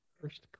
First